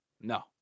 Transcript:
No